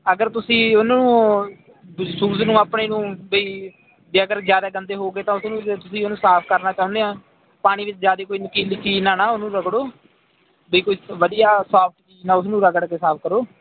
ਅਗਰ ਤੁਸੀਂ ਉਹਨੂੰ ਸੂਜ ਨੂੰ ਆਪਣੀ ਨੂੰ ਬਈ ਅਗਰ ਜ਼ਿਆਦਾ ਗੰਦੇ ਹੋ ਕੇ ਤਾਂ ਉਸਨੂੰ ਤੁਸੀਂ ਉਹਨੂੰ ਸਾਫ ਕਰਨਾ ਚਾਹੁੰਦੇ ਹਾਂ ਪਾਣੀ ਵਿੱਚ ਜ਼ਿਆਦਾ ਕੋਈ ਨੋਕੀਲੀ ਚੀਜ਼ ਨਾਲ ਨਾ ਉਹਨੂੰ ਰਗੜੋ ਵੀ ਕੋਈ ਵਧੀਆ ਸਾਫ ਆ ਉਹਨੂੰ ਰਗੜ ਕੇ ਸਾਫ ਕਰੋ